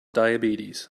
diabetes